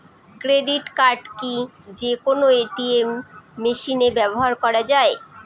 Credit card কি যে কোনো এ.টি.এম মেশিনে ব্যবহার করা য়ায়?